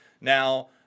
now